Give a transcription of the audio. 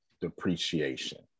depreciation